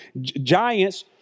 giants